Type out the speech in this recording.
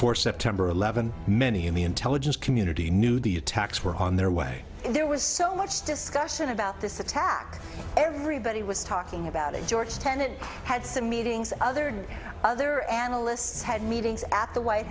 before september eleventh many in the intelligence community knew the attacks were on their way and there was so much discussion about this attack everybody was talking about it george tenet had some meetings other than other analysts had meetings at the white